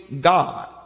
God